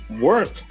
work